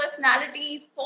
personalities